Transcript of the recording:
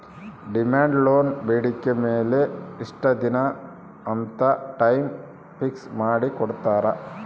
demand loan ಬೇಡಿಕೆ ಮೇಲೆ ಇಷ್ಟ ದಿನ ಅಂತ ಟೈಮ್ ಫಿಕ್ಸ್ ಮಾಡಿ ಕೋಟ್ಟಿರ್ತಾರಾ